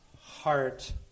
heart